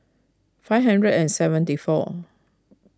five hundred and seventy four